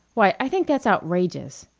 why, i think that's outrageous.